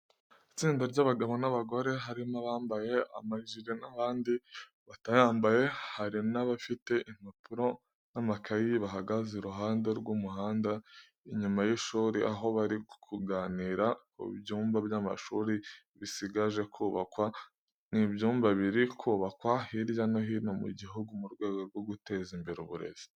Itsinda ry'abagabo n'abagore, harimo abambaye amajire n'abandi batayambaye, harimo n'abafite impapuro n'amakayi. Bahagaze iruhande rw'umuhanda inyuma y'ishuri, aho bari kuganira ku byumba by'amashuri bisigaje kubakwa. Ni ibyumba biri kubakwa hirya no hino mu gihugu, mu rwego rwo guteza imbere uburezi.